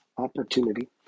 opportunity